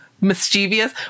mischievous